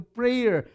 prayer